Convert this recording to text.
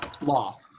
Law